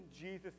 Jesus